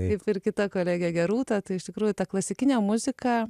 kaip ir kita kolegė gerūta tai iš tikrųjų ta klasikinė muzika